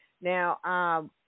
Now